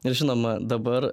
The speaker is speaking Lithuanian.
ir žinoma dabar